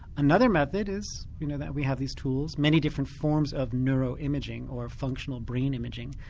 another method is you know that we have these tools, many different forms of neuro-imaging or functional brain imaging,